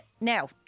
Now